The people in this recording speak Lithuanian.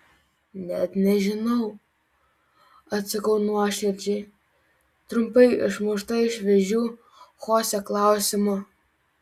net nežinau atsakau nuoširdžiai trumpai išmušta iš vėžių chosė klausimo